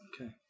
Okay